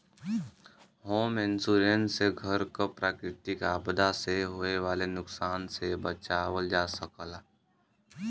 home insurance से घर क प्राकृतिक आपदा से होये वाले नुकसान से बचावल जा सकला